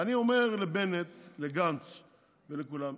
ואני אומר לבנט, לגנץ ולכולם: